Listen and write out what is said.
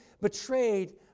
betrayed